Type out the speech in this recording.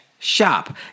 Shop